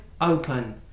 open